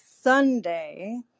Sunday